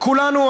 כולנו,